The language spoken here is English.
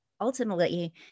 ultimately